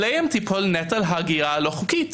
עליהם ייפול נטל ההגירה הלא חוקית,